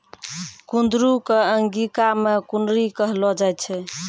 कुंदरू कॅ अंगिका मॅ कुनरी कहलो जाय छै